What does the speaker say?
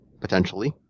potentially